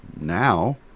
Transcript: now